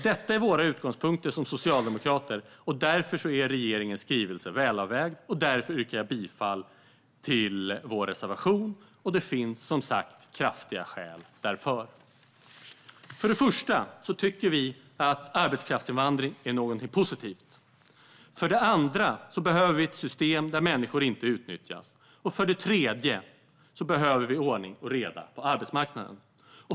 Detta är våra utgångspunkter som socialdemokrater, och därför är regeringens skrivelse välavvägd. Därför yrkar jag bifall till vår reservation; det finns som sagt kraftiga skäl därför. För det första tycker vi att arbetskraftsinvandring är någonting positivt. För det andra behöver vi ett system där människor inte utnyttjas. För det tredje behöver vi ordning och reda på arbetsmarknaden.